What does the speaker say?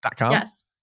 Yes